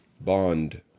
Bond